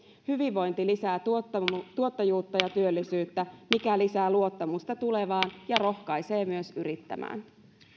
hyvinvointi lisää tuottavuutta ja työllisyyttä mikä lisää luottamusta tulevaan ja rohkaisee myös yrittämään